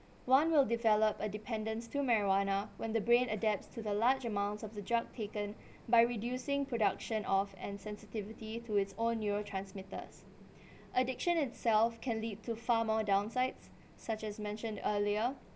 one will develop a dependence to marijuana when the brain adapts to the large amounts of the drug taken by reducing production of and sensitivity to its own neural transmitters addiction itself can lead to far more downsides such as mentioned earlier